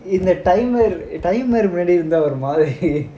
இது அந்த:idhu antha time time வருமா:varumaa